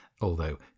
although